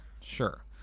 sure